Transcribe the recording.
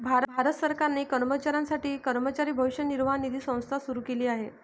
भारत सरकारने कर्मचाऱ्यांसाठी कर्मचारी भविष्य निर्वाह निधी संस्था सुरू केली आहे